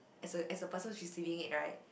as a as a person receiving it right